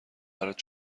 برات